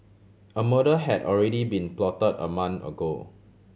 a murder had already been plotted a month ago